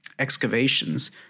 excavations